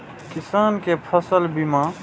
किसान कै फसल बीमा?